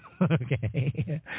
Okay